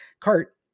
cart